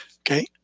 Okay